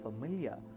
familiar